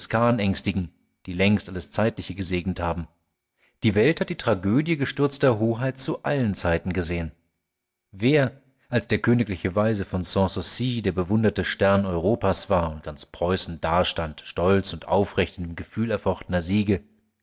ängstigen die längst alles zeitliche gesegnet haben die welt hat die tragödie gestürzter hoheit zu allen zeiten gesehn wer als der königliche weise von sanssouci der bewunderte stern europas war und ganz preußen dastand stolz und aufrecht in dem gefühl erfochtener siege